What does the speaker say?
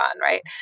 right